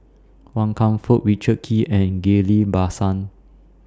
Wan Kam Fook Richard Kee and Ghillie BaSan